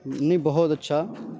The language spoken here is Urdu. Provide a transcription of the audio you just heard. نہیں بہت اچھا